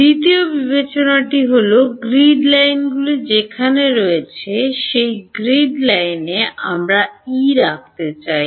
দ্বিতীয় বিবেচনাটি হল গ্রিড লাইনগুলি যেখানে রয়েছে সেই গ্রিড লাইনে আমরা E রাখতে চাই